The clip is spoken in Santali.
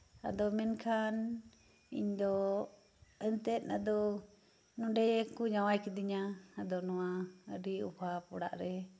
ᱟᱫᱚ ᱢᱮᱱᱠᱷᱟᱱ ᱤᱧ ᱫᱚ ᱮᱱᱛᱮᱫ ᱟᱫᱚ ᱱᱚᱸᱰᱮ ᱠᱚ ᱡᱟᱸᱣᱟᱭ ᱠᱤᱫᱤᱧᱟ ᱟᱫᱚ ᱱᱚᱶᱟ ᱟᱹᱰᱤ ᱚᱵᱷᱟᱵ ᱚᱲᱟᱜ ᱨᱮ